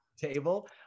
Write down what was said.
table